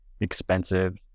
expensive